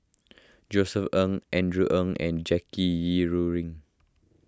Josef Ng Andrew Ang and Jackie Yi Ru Ying